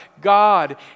God